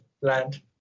land